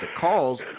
calls